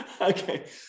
okay